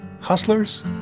Hustlers